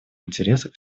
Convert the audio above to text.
интересах